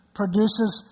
produces